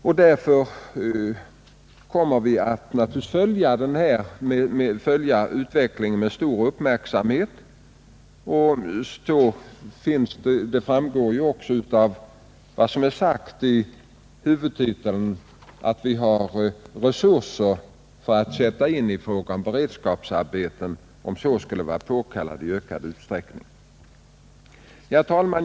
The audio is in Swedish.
Vi kommer naturligtvis att följa utvecklingen med stor uppmärksamhet, och det framgår också av huvudtiteln att vi har resurser att sätta in i fråga om beredskapsarbeten om så skulle vara påkallat i ökad utsträckning. Herr talman!